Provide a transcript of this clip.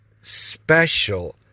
special